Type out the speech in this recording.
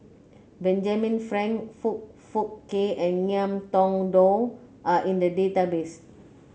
Benjamin Frank Foong Fook Kay and Ngiam Tong Dow are in the database